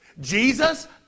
Jesus